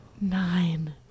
nine